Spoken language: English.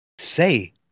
say